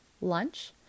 lunch